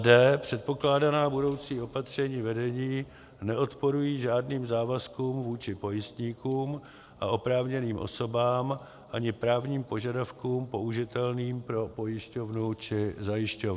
d) předpokládaná budoucí opatření vedení neodporují žádným závazkům vůči pojistníkům a oprávněným osobám ani právním požadavkům použitelným pro pojišťovnu či zajišťovnu;